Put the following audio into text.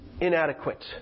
inadequate